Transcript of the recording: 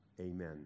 Amen